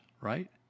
right